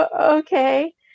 okay